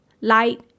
light